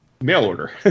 mail-order